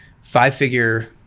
five-figure